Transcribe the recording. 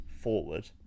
forward